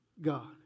God